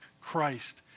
Christ